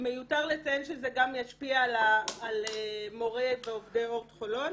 מיותר לציין שזה גם ישפיע על מורי ועובדי אורט חולון.